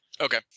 Okay